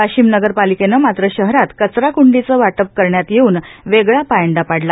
वाशिम नगर पालिकेने मात्र शहरात कचरा कृंडीचे वाटप करण्यात येऊन वेगळा पायंडा पाडला